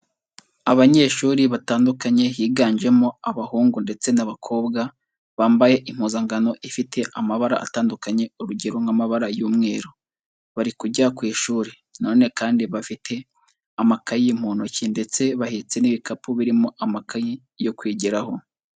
Abanyeshuri batandukanye, higanjemo abahungu ndetse n'abakobwa, bambaye impuzankano ifite amabara atandukanye, urugero nk'amabara y'umweru, bari kujya ku ishuri, nanone kandi bafite amakayi mu ntoki, ndetse bahetse n'ibikapu birimo amakayi yo kwigiraho.